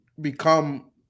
become